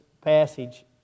passage